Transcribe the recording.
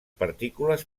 partícules